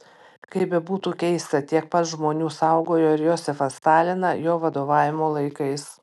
kaip bebūtų keista tiek pat žmonių saugojo ir josifą staliną jo vadovavimo laikais